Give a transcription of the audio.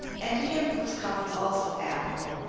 and to him glooskap was also affable,